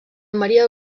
maria